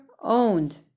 owned